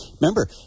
Remember